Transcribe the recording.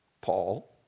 Paul